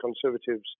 Conservatives